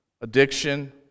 addiction